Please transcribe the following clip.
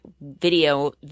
video